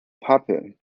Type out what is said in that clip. puppet